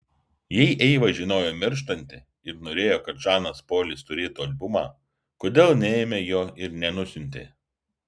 jei eiva žinojo mirštanti ir norėjo kad žanas polis turėtų albumą kodėl neėmė jo ir nenusiuntė